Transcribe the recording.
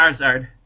Charizard